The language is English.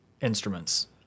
instruments